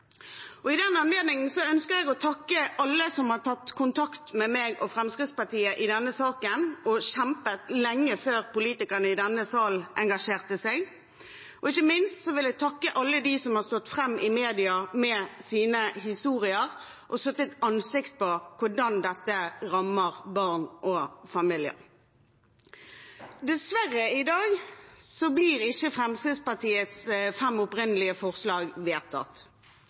I den anledning ønsker jeg å takke alle som har tatt kontakt med meg og Fremskrittspartiet i denne saken, og som har kjempet lenge før politikerne i denne salen engasjerte seg. Ikke minst vil jeg takke alle dem som har stått fram i media med sine historier, og gitt et ansikt til hvordan dette rammer barn og familier. Dessverre blir ikke Fremskrittspartiets fem opprinnelige forslag vedtatt